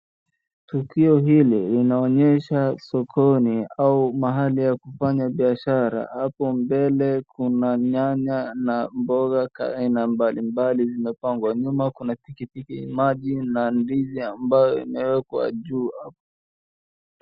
Tukio hili linaonyesha sokoni au mahali ya kufanya biashara hapo mbele kuna nyanya na mboga aina mbalimbali zimepangwa, nyuma kuna tikiti maji na ndizi ambayo imewekwa hapo juu.